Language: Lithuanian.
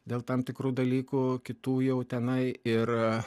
dėl tam tikrų dalykų kitų jau tenai ir